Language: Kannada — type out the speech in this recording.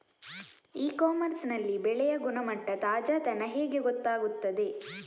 ಇ ಕಾಮರ್ಸ್ ನಲ್ಲಿ ಬೆಳೆಯ ಗುಣಮಟ್ಟ, ತಾಜಾತನ ಹೇಗೆ ಗೊತ್ತಾಗುತ್ತದೆ?